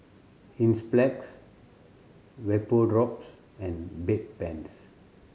Enzyplex Vapodrops and Bedpans